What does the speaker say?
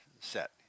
set